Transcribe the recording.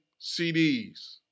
CDs